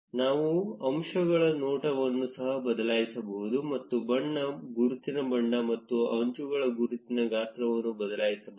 ನಾವು ಅಂಚುಗಳ ನೋಟವನ್ನು ಸಹ ಬದಲಾಯಿಸಬಹುದು ನಾವು ಬಣ್ಣ ಗುರುತಿನ ಬಣ್ಣ ಮತ್ತು ಅಂಚುಗಳ ಗುರುತಿನ ಗಾತ್ರವನ್ನು ಬದಲಾಯಿಸಬಹುದು